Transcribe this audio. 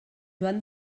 joan